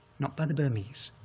not by the burmese.